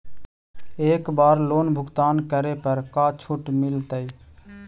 एक बार लोन भुगतान करे पर का छुट मिल तइ?